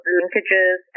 linkages